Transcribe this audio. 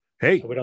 Hey